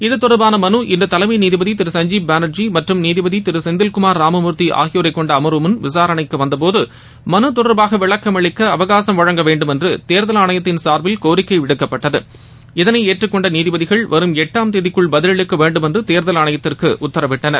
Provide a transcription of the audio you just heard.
இது தொடர்பான மலு இன்று தலைமை நீதிபதி திரு சஞ்ஜீவ் பானர்ஜி மற்றும் நீதிபதி திரு செந்தில்குமார் ராமமூர்த்தி ஆகியோரைக் கொண்ட அமா்வு முன் விசாரணைக்கு வந்தபோது மனு தொடா்பாக விளக்கம் அளிக்க அவனசம் வழங்க வேண்டுமென்று தேர்தல் ஆணையம் சார்பில் கோரிக்கை விடுக்கப்பட்டது இதனை ஏற்றுக் கொண்ட நீதபதிகள் வரும் எட்டாம் தேதிக்குள் பதிலளிக்க வேண்டுமென்று தேர்தல் ஆணையத்துக்கு உத்தரவிட்டனர்